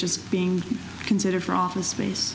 just being considered for office space